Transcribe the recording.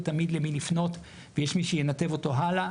תמיד למי לפנות ויש מי שינתב אותו הלאה.